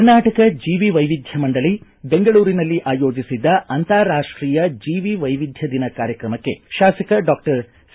ಕರ್ನಾಟಕ ಜೀವಿ ವೈವಿಧ್ಯ ಮಂಡಳಿ ಬೆಂಗಳೂರಿನಲ್ಲಿ ಆಯೋಜಿಸಿದ್ದ ಅಂತಾರಾಷ್ಟೀಯ ಜೀವಿ ವೈವಿಧ್ಯ ದಿನ ಕಾರ್ಯಕ್ರಮಕ್ಕೆ ಶಾಸಕ ಡಾಕ್ಟರ್ ಸಿ